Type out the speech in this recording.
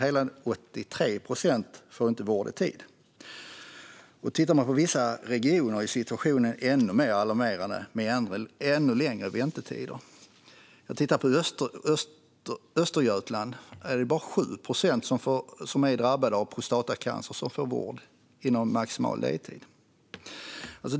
Hela 83 procent får alltså inte vård i tid. I vissa regioner är situationen ännu mer alarmerande med ännu längre väntetider. I Östergötland får bara 7 procent av de drabbade vård inom maximal ledtid.